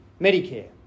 Medicare